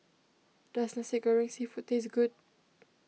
does Nasi Goreng Seafood taste good